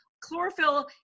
Chlorophyll